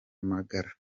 magara